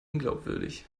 unglaubwürdig